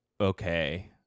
Okay